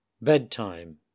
Bedtime